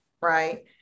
Right